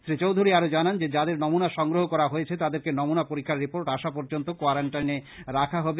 শ্রী চৌধুরী আরো জানান যে যাদের নমুনা সংগ্রহ করা হয়েছে তাদেরকে নমুনা পরীক্ষার রির্পোট আসা পর্য্যন্ত কোয়ারেনটাইনে রাখা হবে